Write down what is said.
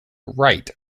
right